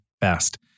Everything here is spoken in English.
best